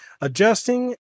Adjusting